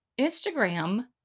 Instagram